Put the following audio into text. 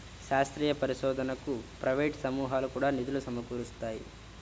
శాస్త్రీయ పరిశోధనకు ప్రైవేట్ సమూహాలు కూడా నిధులు సమకూరుస్తాయి